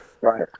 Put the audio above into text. Right